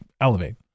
elevate